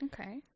okay